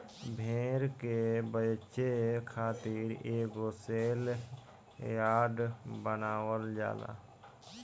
भेड़ के बेचे खातिर एगो सेल यार्ड बनावल जाला